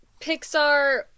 Pixar